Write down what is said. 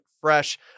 fresh